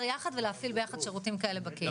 יחד ולהפעיל יחד שירותים כאלה בקהילה.